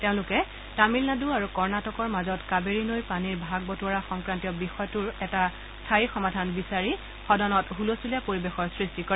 তেওঁলোকে তামিলনাডু আৰু কৰ্ণটিকৰ মাজত কাবেৰী নৈৰ পানীৰ ভাগ বতোৱাৰা সংক্ৰান্তীয় বিষয়টোৰ এটা স্থায়ী সমাধান বিচাৰি সদনত হুলস্থলীয়া পৰিৱেশৰ সৃষ্টি কৰে